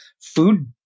food